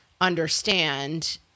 understand